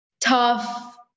tough